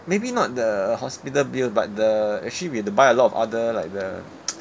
maybe not the hospital bill but the actually we have to buy a lot of other like the